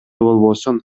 болбосун